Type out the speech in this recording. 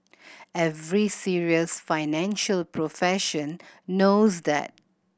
every serious financial profession knows that